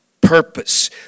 purpose